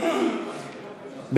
הציוני לסעיף 7 לא נתקבלה.